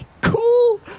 cool